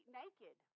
naked